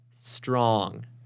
strong